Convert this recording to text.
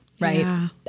right